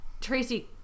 Tracy